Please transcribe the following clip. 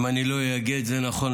אם אני לא אהגה את זה נכון,